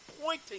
pointing